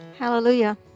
Hallelujah